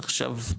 עכשיו,